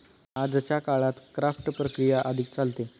आजच्या काळात क्राफ्ट प्रक्रिया अधिक चालते